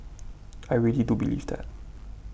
I really do believe that